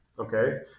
okay